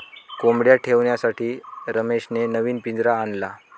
कोंबडया ठेवण्यासाठी रमेशने नवीन पिंजरा आणला